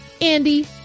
Andy